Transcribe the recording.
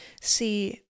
See